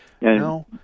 No